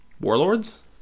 warlords